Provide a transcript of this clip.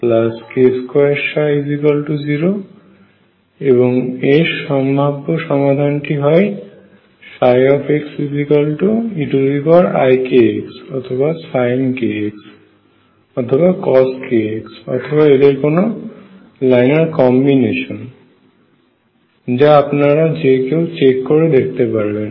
এবং এর সম্ভাব্য সমাধানটি হয় eikx অথবা sin kx অথবা cos kx অথবা এদের কোন লাইনার কম্বিনেশন যা আপনারা যে কেউ চেক করে দেখতে পারেন